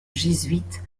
jésuites